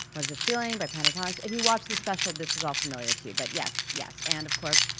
what is this feeling, by pentatonix. if you watch the special, this is all familiar to you, but yes, yes. and of course,